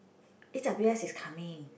A_w_S is coming